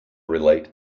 relate